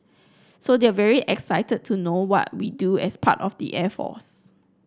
so they're very excited to know what we do as part of the air force